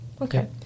Okay